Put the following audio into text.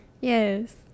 yes